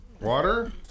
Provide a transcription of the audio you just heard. Water